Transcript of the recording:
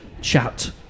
chat